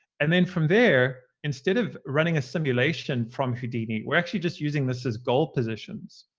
and then from there, instead of running a simulation from houdini, we're actually just using this as goal positions.